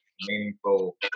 meaningful